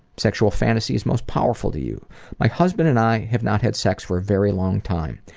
sexual fantasies most powerful to you my husband and i have not had sex for a very long time.